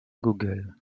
google